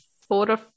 four